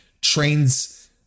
trains